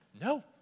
No